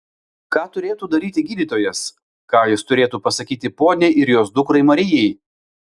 ką turėtų daryti gydytojas ką jis turėtų pasakyti poniai ir jos dukrai marijai